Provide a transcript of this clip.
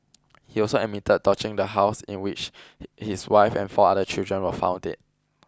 he also admitted torching the house in which his wife and four other children were found dead